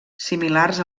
similars